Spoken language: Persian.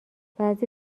بعضی